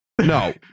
No